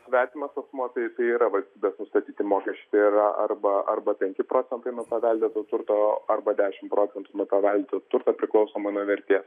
svetimas asmuo tai tai yra valstybės nustatyti mokesčiai tai yra arba arba penki procentai nuo paveldėto turto arba dešimt procentų nuo paveldėto turto priklausomai nuo vertės